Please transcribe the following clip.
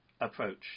approach